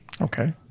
Okay